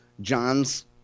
John's